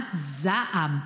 ובחמת זעם,